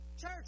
Church